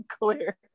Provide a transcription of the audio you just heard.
clear